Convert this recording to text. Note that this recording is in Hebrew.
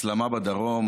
על ההסלמה בדרום,